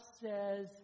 says